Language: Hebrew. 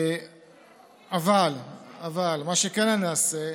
אבל מה שכן אני אעשה,